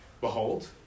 Behold